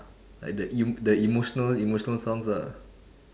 like the em~ the emotional emotional songs ah